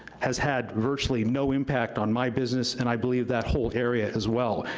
has had virtually no impact on my business, and i believe that whole area as well.